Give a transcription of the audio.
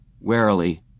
Warily